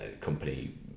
company